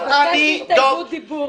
תבקש הסתייגות דיבור.